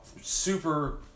super